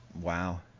Wow